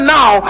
now